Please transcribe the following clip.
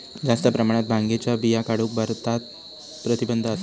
जास्त प्रमाणात भांगेच्या बिया काढूक भारतात प्रतिबंध असा